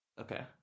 Okay